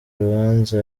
urubanza